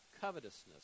covetousness